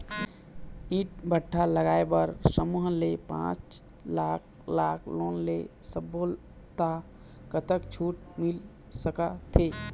ईंट भट्ठा लगाए बर समूह ले पांच लाख लाख़ लोन ले सब्बो ता कतक छूट मिल सका थे?